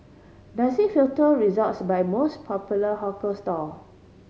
does it filter results by most popular hawker stall